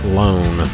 loan